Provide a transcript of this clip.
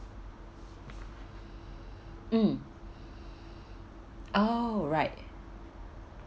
mm oh right